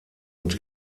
und